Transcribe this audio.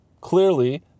Clearly